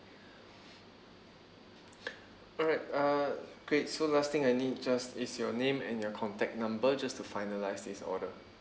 alright uh great so last thing I need just is your name and your contact number just to finalize this order